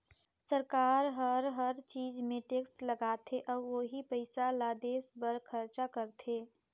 सरकार हर हर चीच मे टेक्स लगाथे अउ ओही पइसा ल देस बर खरचा करथे